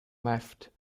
left